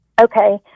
okay